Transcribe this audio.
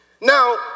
Now